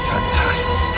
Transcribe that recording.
Fantastic